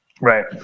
Right